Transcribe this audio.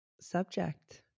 subject